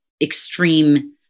extreme